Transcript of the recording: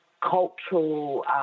cultural